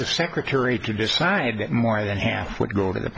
the secretary to decide that more than half would go in the